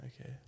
okay